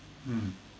mm